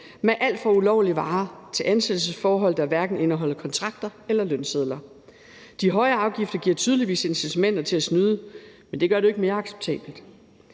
med alt fra ulovlige varer til ansættelsesforhold, der hverken indeholder kontrakter eller lønsedler. De høje afgifter giver tydeligvis et incitament til at snyde, men det gør det jo ikke mere acceptabelt.